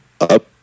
up